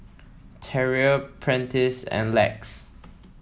Terrill Prentice and Lex